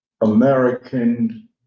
American